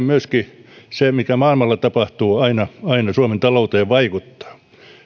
kai myöskin se mikä maailmalla tapahtuu aina aina suomen talouteen vaikuttaa